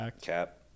cap